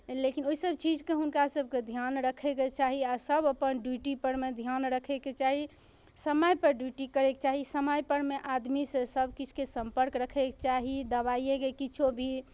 लेकिन ओहि सभ चीजके हुनका सभकेँ ध्यान रखैके चाही आ सभ अपन ड्यूटीपर मे ध्यान रखैके चाही समयपर ड्यूटी करयके चाही समयपर मे आदमी सभकिछु के सम्पर्क रखैके चाही दबाइएके किछो भी